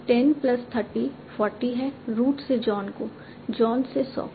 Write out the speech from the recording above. यह 10 प्लस 30 40 है रूट से जॉन को जॉन से सॉ को